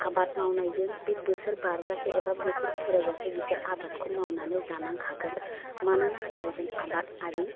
आबाद मावनायजों बे बोसोर बारजासे एबा बोसोर फुरायजासे बिसोर आबादखौ मावनानै जानांखागोन मानोना होमबा जों आबादआरि